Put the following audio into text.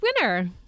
winner